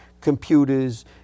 computers